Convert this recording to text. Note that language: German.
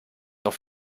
noch